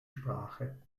sprache